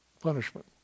punishment